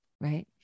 right